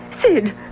Sid